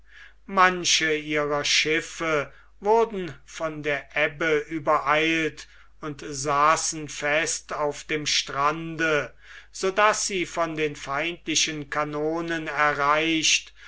manche ihrer schiffe wurden von der ebbe übereilt und saßen fest auf dem strande so daß sie von den feindlichen kanonen erreicht